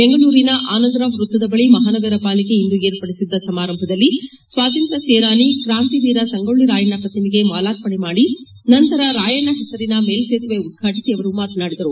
ಬೆಂಗಳೂರಿನ ಆನಂದರಾವ್ ವೃತ್ತದ ಬಳಿ ಮಹಾನಗರ ಪಾಲಿಕೆ ಇಂದು ಏರ್ಪಡಿಸಿದ್ದ ಸಮಾರಂಭದಲ್ಲಿ ಸ್ವಾತಂತ್ರ ಸೇನಾನಿ ಕ್ರಾಂತಿ ವೀರ ಸಂಗೋಳ್ಳರಾಯಣ್ಣ ಪ್ರತಿಮೆಗೆ ಮಾಲಾರ್ಪಣೆ ಮಾಡಿ ನಂತರ ರಾಯಣ್ಣ ಹೆಸರಿನ ಮೇಲು ಸೇತುವೆ ಉದ್ವಾಟಿಸಿ ಅವರು ಮಾತನಾಡಿದರು